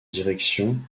direction